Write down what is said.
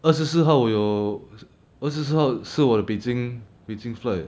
二十四号我有二十四号是我的 Beijing Beijing flight